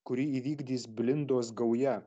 kurį įvykdys blindos gauja